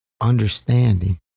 understanding